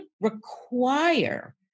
require